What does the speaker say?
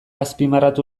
azpimarratu